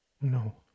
No